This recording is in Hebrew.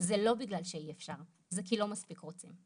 זה לא בגלל שאי אפשר, זה כי לא מספיק רוצים.